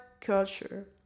culture